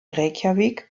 reykjavík